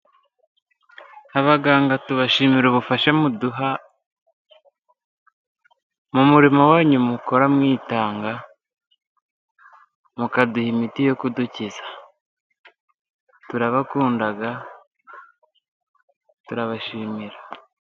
Abaganga tubashimira ubufasha muduha mu murimo wanyu mukora mwitanga, mukaduha imiti yo kudukiza. Turabakunda, turabashimira.